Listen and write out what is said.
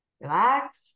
relax